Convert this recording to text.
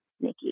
Nikki